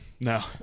No